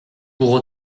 pour